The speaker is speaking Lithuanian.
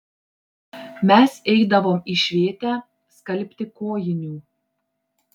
mes eidavom į švėtę skalbti kojinių